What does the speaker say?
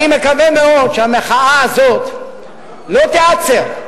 אני מקווה מאוד שהמחאה הזאת לא תיעצר,